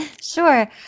sure